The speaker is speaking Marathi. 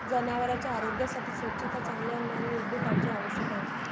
जनावरांच्या आरोग्यासाठी स्वच्छता, चांगले अन्न आणि योग्य काळजी आवश्यक आहे